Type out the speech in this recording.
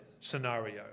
scenario